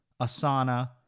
Asana